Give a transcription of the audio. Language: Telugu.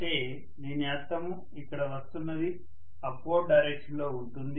అంటే దీని అర్థము ఇక్కడ వస్తున్నది అప్ వర్డ్ డైరెక్షన్ లో ఉంటుంది